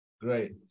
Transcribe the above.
Great